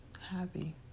Happy